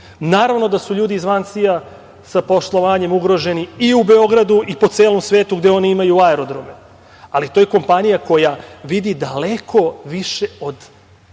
Naravno da su ljudi iz VANSI-ja sa poslovanjem ugroženi i u Beogradu i po celom svetu gde oni imaju aerodrome. To je kompanija koja vidi daleko više od